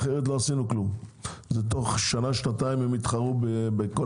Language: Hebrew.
אחרת לא עישנו כלום ובתוך שנה-שנתיים הם יתחרו בכל